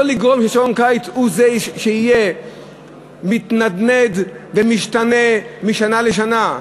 לא לגרום לכך ששעון הקיץ יתנדנד וישתנה משנה לשנה.